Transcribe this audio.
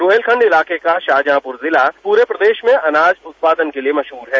रूहेलखंड इलाके का शाहजहांपुर जिला पूरे प्रदेश में अनाज उत्पादन के लिए मशहूर है